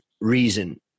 reason